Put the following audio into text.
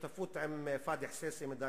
בשותפות עם פאדי חסיסי מדאלית-אל-כרמל: